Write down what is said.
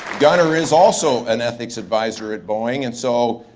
gunars is also an ethics advisor at boeing and so